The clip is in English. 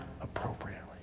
appropriately